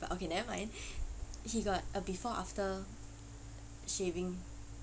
okay nevermind he got a before after shaving